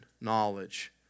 knowledge